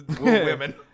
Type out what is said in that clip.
women